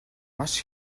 маш